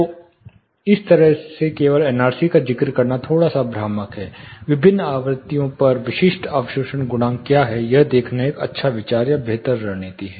तो इस तरह से केवल NRC का जिक्र करना थोड़ा भ्रामक है विभिन्न आवृत्तियों पर विशिष्ट अवशोषण गुणांक क्या है यह देखना एक अच्छा विचार या बेहतर रणनीति है